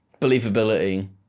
Believability